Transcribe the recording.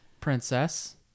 Princess